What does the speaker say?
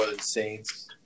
Saints